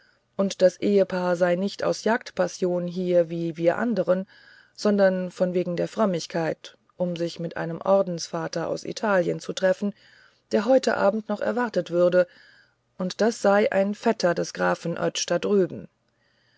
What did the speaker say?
und das ehepaar sei nicht aus jagdpassion hier wie wir andern sondern von wegen der frömmigkeit um sich mit einem ordensvater aus italien zu treffen der heute abend noch erwartet würde und das sei ein vetter des grafen